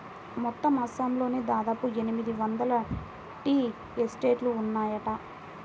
మొత్తం అస్సాంలో దాదాపు ఎనిమిది వందల టీ ఎస్టేట్లు ఉన్నాయట